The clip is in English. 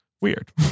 weird